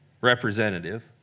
representative